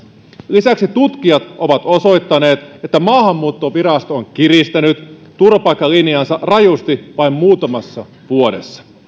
lisäksi tutkijat ovat osoittaneet että maahanmuuttovirasto on kiristänyt turvapaikkalinjaansa rajusti vain muutamassa vuodessa